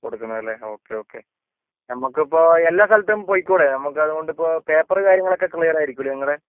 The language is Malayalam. കൊടുക്കുന്നതല്ലേ ഓക്കേ ഓക്കേ നമുക്ക് ഇപ്പോൾ എല്ലാ സ്ഥലത്തും പോയിക്കൂടേ നമുക്ക് അതുകൊണ്ട് ഇപ്പോൾ പേപ്പർ കാര്യങ്ങളൊക്കെ ക്ലിയർ ആയിരിക്കില്ലേ നിങ്ങളുടെ